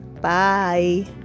Bye